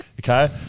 Okay